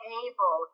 able